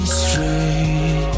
straight